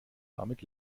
damit